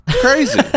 Crazy